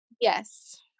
Yes